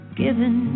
given